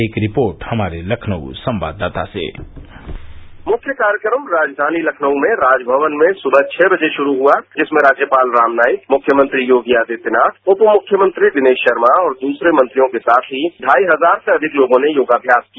एक रिपोर्ट हमारे लखनऊ संवाददाता से मुख्य कार्यक्रम राजधानी लखनऊ में राजभवन में सुबह छह बजे शुरू हुआ जिसमें राज्यपाल रामनाइक मुख्यमंत्री योगी आदित्यनाथ उप मुख्यमंत्री दिनेश शर्मा और दूसरे मंत्रियों के साथ ही ढाई हजार से अधिक लोगों ने योगाम्यास किया